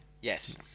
Yes